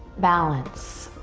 balance.